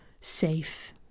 safe